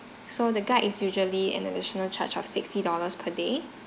so the guide is usually an additional charge of sixty dollars per day